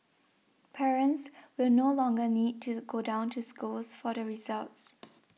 parents will no longer need to go down to schools for the results